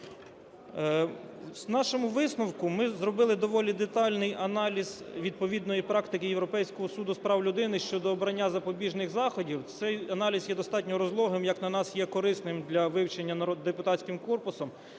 У нашому висновку ми зробили доволі детальний аналіз відповідної практики Європейського суду з прав людини щодо обрання запобіжних заходів. Цей аналіз є достатньо розлогим, як на нас, є корисним для вивчення депутатським корпусом.